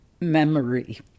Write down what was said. Memory